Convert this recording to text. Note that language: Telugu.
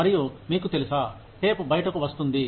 మరియు మీకు తెలుసా టేప్ బయటకు వస్తుంది